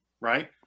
right